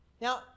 Now